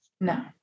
No